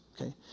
Okay